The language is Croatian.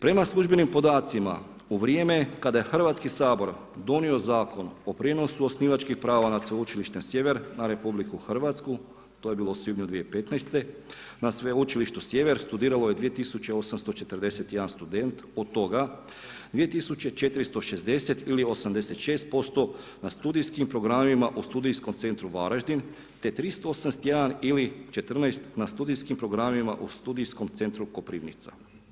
Prema službenim podacima u vrijeme kada je Hrvatski sabor donio Zakon o prijenosu osnivačkih prava nad Sveučilištem Sjever na RH to je bilo u svibnju 2015. na Sveučilištu sjever studiralo je 2841 student od toga 2460 ili 86% na studijskim programima u Studijskom centru Varaždin te 381 ili 14 na studijskim programima u Studijskom centru Koprivnica.